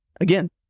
Again